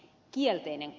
jälkeeni